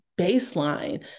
baseline